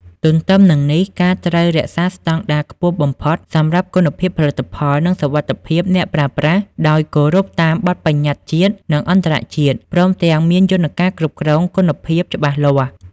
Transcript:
ទន្ទឹមនឹងនេះការត្រូវ រក្សាស្តង់ដារខ្ពស់បំផុតសម្រាប់គុណភាពផលិតផល និងសុវត្ថិភាពអ្នកប្រើប្រាស់ ដោយគោរពតាមបទប្បញ្ញត្តិជាតិ និងអន្តរជាតិ ព្រមទាំងមានយន្តការគ្រប់គ្រងគុណភាពច្បាស់លាស់។